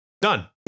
Done